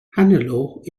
hannelore